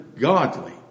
godly